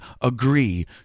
agree